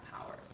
power